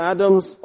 Adam's